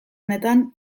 honetan